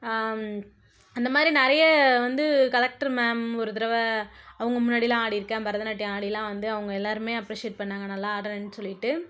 அந்தமாதிரி நிறைய வந்து கலெக்டரு மேம் ஒரு தரவை அவங்க முன்னாடிலாம் ஆடிருக்கேன் பரதநாட்டியம் ஆடிலாம் வந்து அவங்க எல்லாருமே அப்ரிஷியேட் பண்ணிணாங்க நல்லா ஆடுறேன்னு சொல்லிட்டு